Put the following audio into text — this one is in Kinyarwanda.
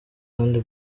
kandi